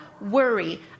worry